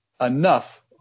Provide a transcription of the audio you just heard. enough